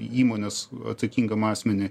įmonės atsakingam asmeniui